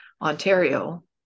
Ontario